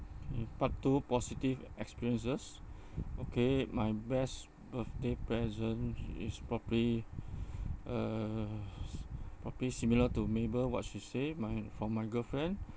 okay part two positive experiences okay my best birthday present is probably uh probably similar to mabel what she say my from my girlfriend